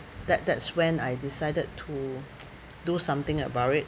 that that's when I decided to do something about it